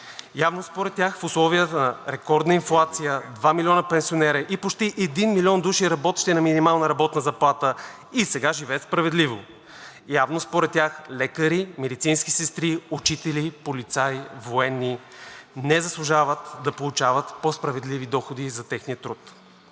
Явно, според тях, в условията на рекордна инфлация 2 милиона пенсионери и почти 1 милион души, работещи на минимална работна заплата, и сега живеят справедливо; явно, според тях, лекари, медицински сестри, учители, полицаи, военни не заслужават да получават по-справедливи доходи за техния труд.